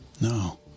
No